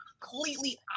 completely